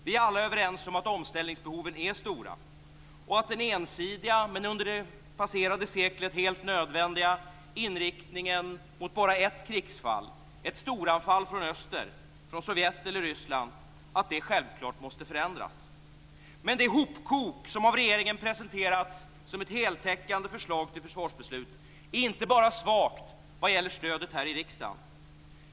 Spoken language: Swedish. Vi är alla överens om att omställningsbehoven är stora och att den ensidiga - men under det passerade seklet helt nödvändiga - inriktningen mot bara ett krigsfall, dvs. ett storanfall från öster, från Sovjet eller Ryssland, självklart måste förändras. Det hopkok som av regeringen presenterats som ett heltäckande förslag till försvarsbeslut är inte bara svagt vad gäller stödet här i riksdagen.